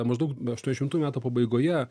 maždaug aštuoniašimtųjų metų pabaigoje